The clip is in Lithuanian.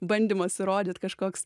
bandymas įrodyt kažkoks